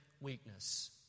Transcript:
weakness